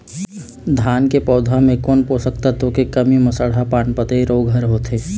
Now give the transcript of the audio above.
धान के पौधा मे कोन पोषक तत्व के कमी म सड़हा पान पतई रोग हर होथे?